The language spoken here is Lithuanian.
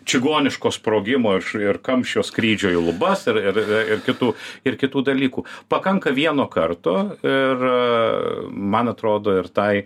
čigoniško sprogimo iš ir kamščio skrydžio į lubas ir ir ir kitų ir kitų dalykų pakanka vieno karto ir man atrodo ir tai